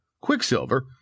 Quicksilver